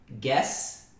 guess